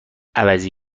عوضی